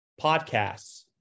podcasts